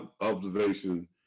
observation